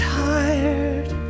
tired